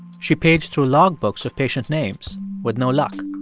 she paged through logbooks of patient names with no luck.